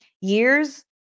Years